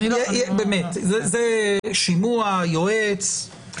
זה שימוע, יועץ.